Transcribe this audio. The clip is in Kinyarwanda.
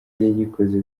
yayikoze